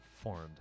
formed